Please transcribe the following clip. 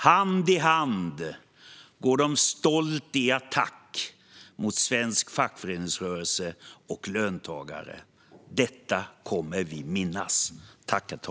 Hand i hand går de stolt till attack mot svensk fackföreningsrörelse och svenska löntagare. Detta kommer vi att minnas.